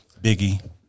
Biggie